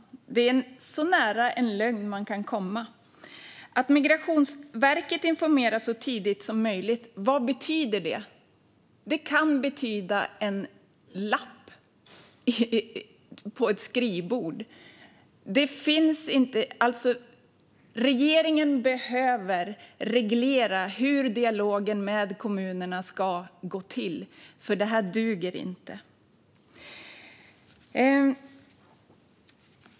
Det är så nära en lögn man kan komma. Vad betyder det att Migrationsverket informerar så tidigt som möjligt? Det kan betyda en lapp på ett skrivbord. Regeringen behöver reglera hur dialogen med kommunerna ska gå till. Det här duger inte.